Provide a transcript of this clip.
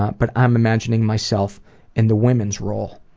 ah but i'm imagining myself in the women's role,